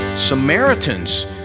Samaritans